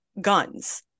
guns